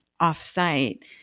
off-site